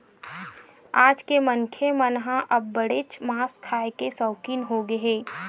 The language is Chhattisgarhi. आज के मनखे मन ह अब्बड़ेच मांस खाए के सउकिन होगे हे